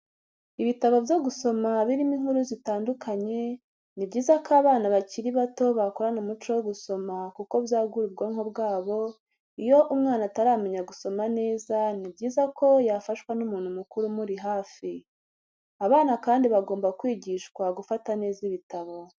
Ibitabo byo gusoma birimo inkuru zitandukanye, ni byiza ko abana bakiri bato bakurana umuco wo gusoma kuko byagura ubwonko bwabo, iyo umwana ataramenya gusoma neza ni byiza ko yafashwa n'umuntu mukuru umuri hafi. Abana kandi bagomba kwigishwa gufata neza ibitabo.